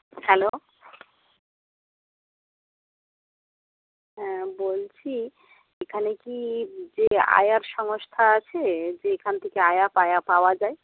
hello হ্যাঁ বলছি এখানে কি যে আয়ার সংস্থা আছে যে এখান থেকে আয়া পায়া পাওয়া যায়